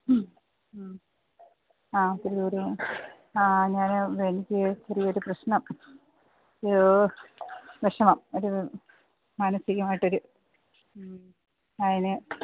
മ്മ് ആ ചെറിയൊരു ആ ഞാന് എനിക്ക് ചെറിയൊരു പ്രശ്നം വിഷമം ഒരു മാനസികമായിട്ടൊരു മ്മ് അതിന്